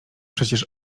przecież